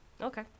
okay